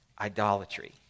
idolatry